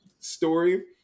story